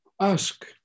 ask